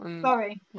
sorry